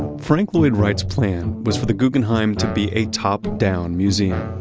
frank lloyd wright's plan was for the guggenheim to be a top down museum.